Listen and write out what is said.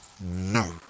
no